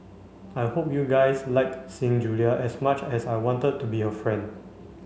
I hope you guys liked seeing Julia as much as I wanted to be her friend